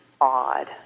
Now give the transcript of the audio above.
odd